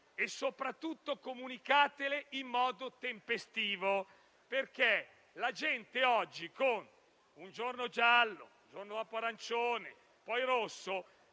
e, soprattutto, comunicatele in modo tempestivo, perché la gente, oggi, con un giorno giallo, il giorno dopo arancione e il giorno